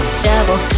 trouble